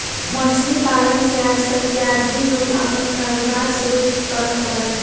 मछली पालन से आजकल के आदमी लोग आपन कारोबार शुरू करत बाड़े